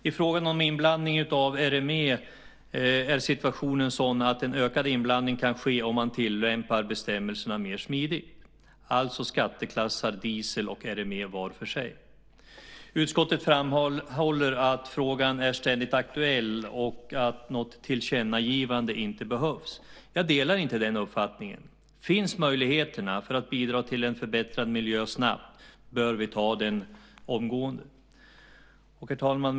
I frågan om inblandning av RME är situationen sådan att en ökad inblandning kan ske om man tillämpar bestämmelserna mer smidigt. Det gäller alltså skatteklassad diesel och RME var för sig. Utskottet framhåller att frågan är ständigt aktuell, och att något tillkännagivande inte behövs. Jag delar inte den uppfattningen. Om möjligheterna finns för att bidra till förbättrad miljö snabbt så bör vi ta dem omgående. Herr talman!